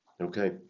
Okay